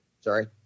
sorry